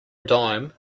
dime